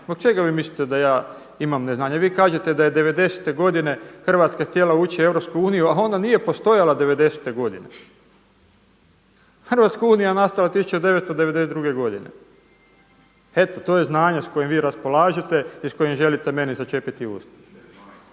Zbog čega vi mislite da ja imam neznanje? Vi kažete da je '90.-te godine Hrvatska htjela ući u EU a ona nije postojala devedesete godine. Hrvatska unije je nastala 1992. godine. Eto to je znanje s kojim vi raspolažete i s kojim želite meni začepiti usta.